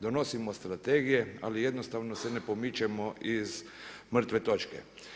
Donosimo strategije, ali jednostavno se ne pomičemo iz mrtve točke.